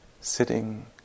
sitting